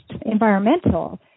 environmental